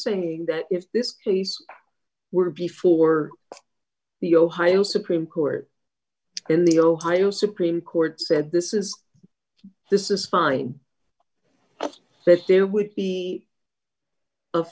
saying that if this case were before the ohio supreme court in the ohio supreme court said this is this is fine